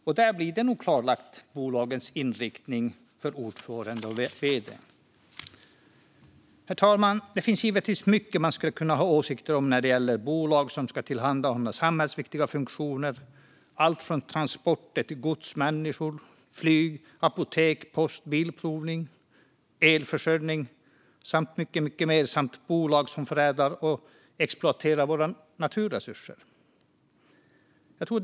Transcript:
Och där blir nog bolagets inriktning klarlagd för ordföranden och vd:n. Herr talman! Det finns givetvis mycket man skulle kunna ha åsikter om när det gäller bolag som ska tillhandahålla samhällsviktiga funktioner, allt från transporter av gods eller människor till flyg, apotek, post, bilprovning, elförsörjning, bolag som förädlar och exploaterar våra naturresurser och mycket mer.